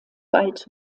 bald